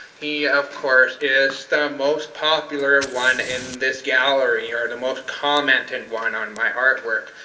he, of course, is the um most popular one in this gallery, or the most commented one on my artwork,